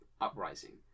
uprising